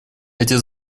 эти